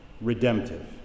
redemptive